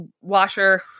washer